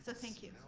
thank you.